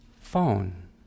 phone